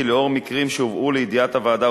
כי לאור מקרים שהובאו לידיעת הוועדה,